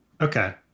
Okay